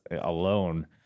alone